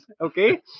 Okay